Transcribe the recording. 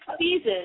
seasons